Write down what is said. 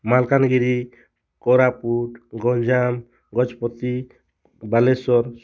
Malkangiri Koraput Ganjam Gajapati Baleswar